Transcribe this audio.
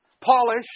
polish